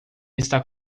está